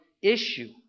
Issue